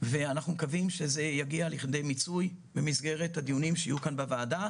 אנחנו מקווים שזה יגיע לכדי מיצוי במסגרת הדיונים שיהיו כאן בוועדה.